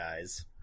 guys